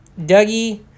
Dougie